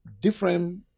different